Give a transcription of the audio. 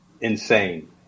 insane